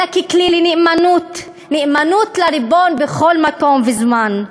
אלא ככלי לנאמנות, נאמנות לריבון בכל מקום וזמן.